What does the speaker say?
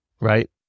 right